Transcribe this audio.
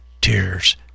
tears